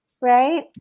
right